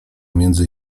między